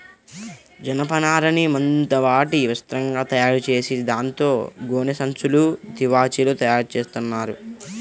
జనపనారని మందపాటి వస్త్రంగా తయారుచేసి దాంతో గోనె సంచులు, తివాచీలు తయారుచేత్తన్నారు